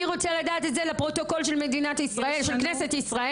אני רוצה לדעת את זה שיהיה כתוב בפרוטוקול של כנסת ישראל.